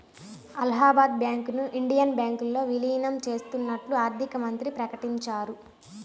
అలహాబాద్ బ్యాంకును ఇండియన్ బ్యాంకులో విలీనం చేత్తన్నట్లు ఆర్థికమంత్రి ప్రకటించారు